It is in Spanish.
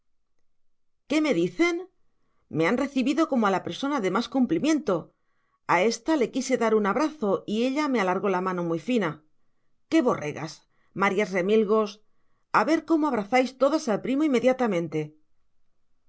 qué me dicen me han recibido como a la persona de más cumplimiento a ésta le quise dar un abrazo y ella me alargó la mano muy fina qué borregas marías remilgos a ver cómo abrazáis todas al primo inmediatamente